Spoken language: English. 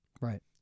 Right